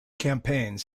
campaigns